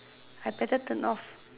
I better turn off